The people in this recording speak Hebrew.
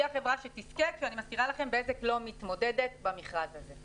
היא החברה שתזכה ואני מזכירה לכם שבזק שלא מתמודדת במכרז הזה.